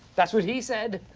that's what he said!